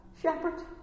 shepherd